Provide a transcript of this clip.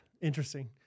Interesting